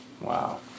Wow